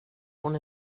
hon